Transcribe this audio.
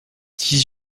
dix